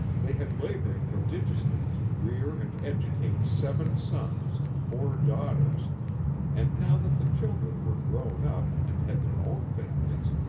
they had labored prodigiously to rear and educate seven sons and four daughters and, now that the children were grown up and had their own families,